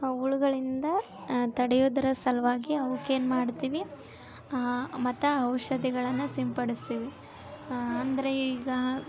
ಆ ಹುಳುಗಳಿಂದ ತಡೆಯೋದರ ಸಲುವಾಗಿ ಅವುಕ್ಕೇನು ಮಾಡ್ತೀವಿ ಮತ್ತು ಔಷಧಿಗಳನ್ನ ಸಿಂಪಡಿಸ್ತೀವಿ ಅಂದರೆ ಈಗ